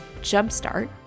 jumpstart